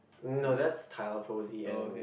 no that's Tyler Posey and